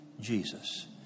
Jesus